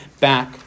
back